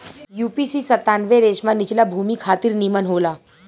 UPC सत्तानबे रेशमा निचला भूमि खातिर निमन होला